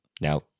Now